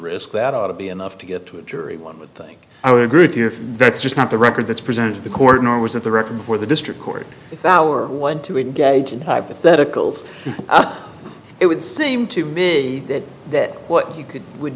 risk that ought to be enough to get to a jury one would think i would agree with you if that's just not the record that's presented to the court nor was it the record for the district court if our want to engage in hypotheticals it would seem to me that that what you could would